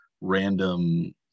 random